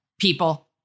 people